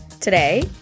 Today